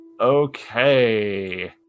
Okay